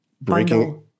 breaking